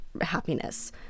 happiness